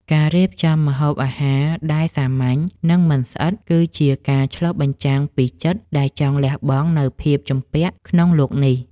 ការរៀបចំម្ហូបអាហារដែលសាមញ្ញ និងមិនស្អិត គឺជាការឆ្លុះបញ្ចាំងពីចិត្តដែលចង់លះបង់នូវភាពជំពាក់ក្នុងលោកនេះ។